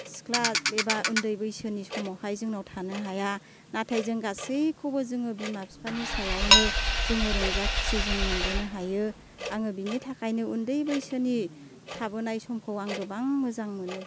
सिख्ला एबा उन्दै बैसोनि समावहाय जोंनाव थानो हाया नाथाय जों गासैखौबो जोङो बिमा बिफानि सायावनो जोङो रंजा खुसि जों मोनबोनो हायो आङो बिनि थाखायनो उन्दै बैसोनि थाबोनाय समखौ आं गोबां मोजां मोनो